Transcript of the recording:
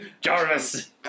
Jarvis